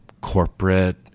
corporate